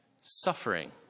Suffering